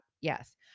Yes